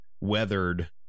Weathered